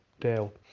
Dale